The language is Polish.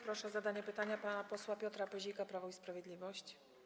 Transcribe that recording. Proszę o zadanie pytania pana posła Piotra Pyzika, Prawo i Sprawiedliwość.